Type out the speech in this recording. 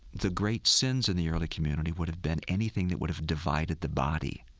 the great sins in the early community would have been anything that would have divided the body,